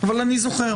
אבל אני זוכר.